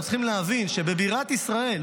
אנחנו צריכים להבין שבבירת ישראל,